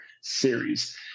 series